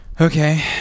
Okay